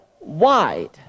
wide